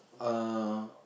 uh